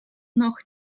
noch